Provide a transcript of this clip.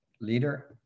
leader